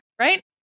right